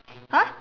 !huh!